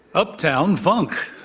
uptown funk